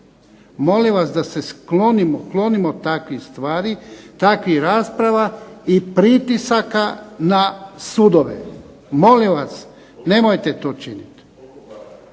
Molim vas da se klonimo takvih stvari, takvih rasprava i pritisaka na sudove. Molim vas, nemojte to činiti.